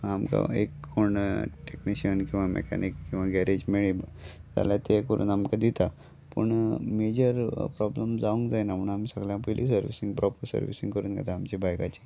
आमकां एक कोण टॅक्निशियन किंवा मॅकानक किंवा गॅरेज मेळ्ळी जाल्यार ते करून आमकां दिता पूण मेजर प्रॉब्लम जावंक जायना म्हूण आमी सगळ्यांत पयलीं सर्विसींग प्रोपर सर्विसींग करून घेता आमच्या बायकाची